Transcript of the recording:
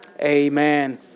Amen